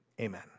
amen